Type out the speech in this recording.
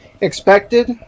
expected